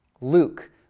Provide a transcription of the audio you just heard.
Luke